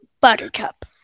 Buttercup